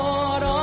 Lord